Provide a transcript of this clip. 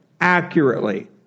accurately